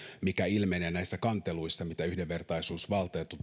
mikä ilmenee näissä kanteluissa mitä yhdenvertaisuusvaltuutetun